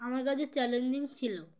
আমার কাছে চ্যালেঞ্জিং ছিল